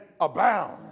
abound